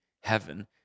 heaven